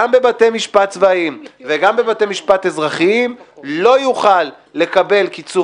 בבתי משפט צבאיים וגם בבתי משפט אזרחיים לא יוכל לקבל קיצור